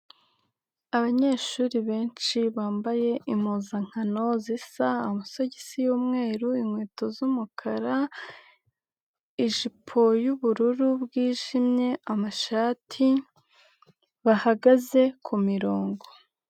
Abanyeshuri benshi bambaye impuzankano zisa, amasogisi y'umweru, inkweto z'umukara, ijipo y'ubururu bwijimye, amashati, bahagaze ku mirongo.